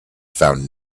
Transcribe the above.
found